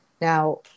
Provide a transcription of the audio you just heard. Now